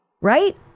right